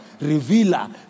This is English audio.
revealer